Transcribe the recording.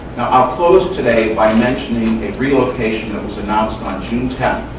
i'll close today by mentioning a relocation that was announced on june tenth.